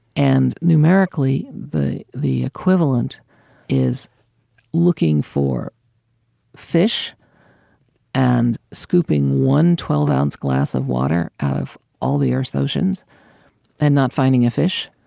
and numerically, the the equivalent is looking for fish and scooping one twelve ounce glass of water out of all the earth's oceans and not finding a fish.